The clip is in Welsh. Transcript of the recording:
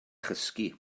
chysgu